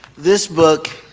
this book